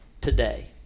today